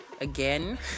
again